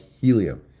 helium